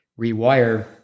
rewire